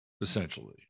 essentially